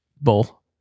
bull